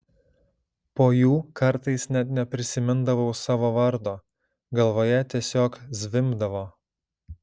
po jų kartais net neprisimindavau savo vardo galvoje tiesiog zvimbdavo